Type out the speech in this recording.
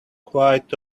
quite